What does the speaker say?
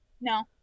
No